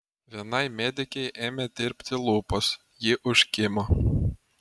vienai medikei ėmė tirpti lūpos ji užkimo